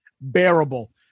bearable